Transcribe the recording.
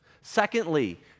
Secondly